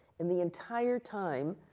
and the entire time,